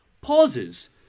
pauses